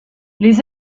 les